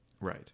Right